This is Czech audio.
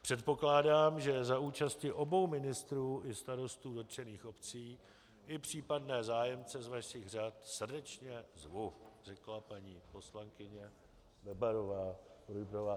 Předpokládám, že za účasti obou ministrů i starostů dotčených obcí, i případné zájemce z vašich řad srdečně zvu, řekla paní poslankyně Bebarová Rujbrová.